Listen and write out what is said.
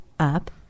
up